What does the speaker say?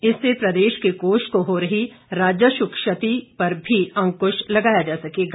इससे प्रदेश के कोष को हो रहे राजस्व क्षति पर भी अंकुश लगाया जा सकेगा